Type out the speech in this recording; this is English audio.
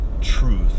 truth